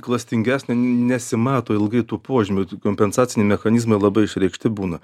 klastingesnė nesimato ilgai tų požymių kompensaciniai mechanizmai labai išreikšti būna